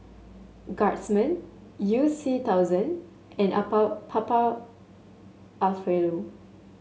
Guardsman You C thousand and Papa Alfredo